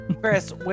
Chris